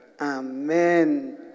Amen